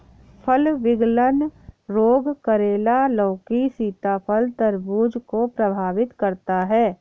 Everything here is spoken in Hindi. फल विगलन रोग करेला, लौकी, सीताफल, तरबूज को प्रभावित करता है